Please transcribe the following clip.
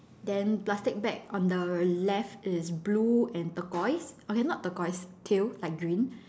then plastic bag on the left is blue and turquoise okay not turquoise teal like green